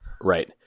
right